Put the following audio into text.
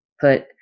put